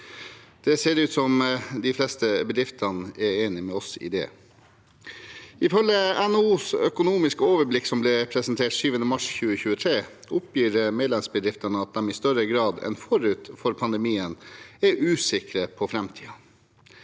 Det ser ut som om de fleste bedriftene er enige med oss i det. Ifølge NHOs økonomiske overblikk som ble presentert 7. mars 2023, oppgir medlemsbedriftene at de i større grad enn forut for pandemien er usikre på framtiden.